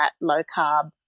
low-carb